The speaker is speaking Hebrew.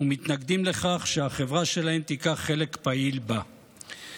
ומתנגדים לכך שהחברה שלהם תיקח חלק פעיל בה,